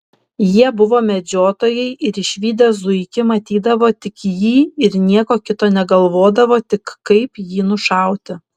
jie buvo medžiotojai ir išvydę zuikį matydavo tik jį ir nieko kito negalvodavo tik kaip jį nušauti